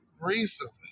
recently